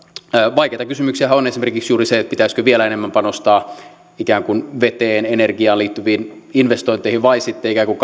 vaikeita kysymyksiähän on esimerkiksi juuri se pitäisikö vielä enemmän panostaa veteen tai energiaan liittyviin investointeihin vai sitten ikään kuin